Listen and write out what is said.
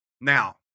Now